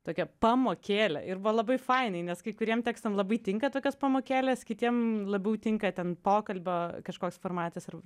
tokią pamokėlė ir buvo labai fainiai nes kai kuriem tekstam labai tinka tokios pamokėlės kitiems labiau tinka ten pokalbio kažkoks formatas arba